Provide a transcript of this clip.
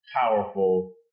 powerful